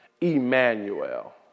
Emmanuel